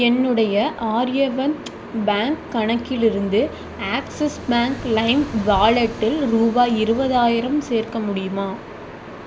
என்னுடைய ஆரியவந்த் பேங்க் கணக்கிலிருந்து Axis bank Lime வாலெட்டில் ரூபாய் இருபதாயிரம் சேர்க்க முடியுமா